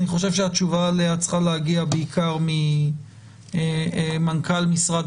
אני חושב שהתשובה עליה צריכה להגיע בעיקר ממנכ"ל משרד